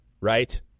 right